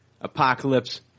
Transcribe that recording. apocalypse